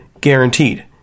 guaranteed